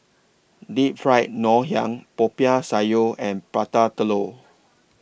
Deep Fried Ngoh Hiang Popiah Sayur and Prata Telur